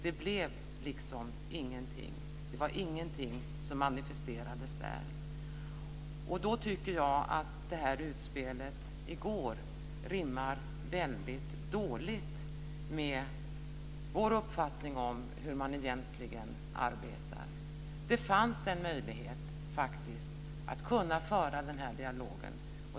Det blev liksom ingenting. Det var ingenting som manifesterades där. Utspelet i går rimmar väldigt dåligt med vår uppfattning om hur man egentligen arbetar. Det fanns en möjlighet att föra dialogen.